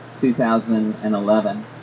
2011